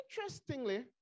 interestingly